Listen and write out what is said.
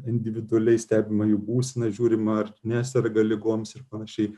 individualiai stebima jų būsena žiūrima ar neserga ligoms ir panašiai